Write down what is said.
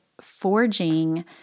forging